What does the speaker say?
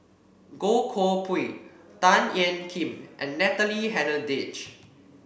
Goh Koh Pui Tan Ean Kiam and Natalie Hennedige